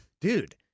Dude